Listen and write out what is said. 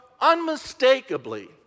unmistakably